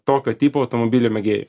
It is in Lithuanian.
tokio tipo automobilių mėgėjų